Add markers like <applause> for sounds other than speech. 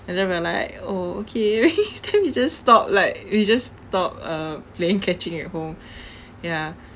and then we are like oh okay <laughs> then we just stop like we just stop uh playing catching at home <breath> ya